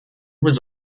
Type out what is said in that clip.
was